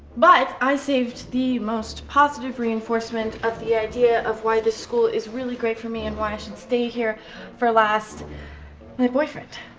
but i saved the most positive reinforcement of the idea of why this school is really great for me and why i should stay here for last my boyfriend,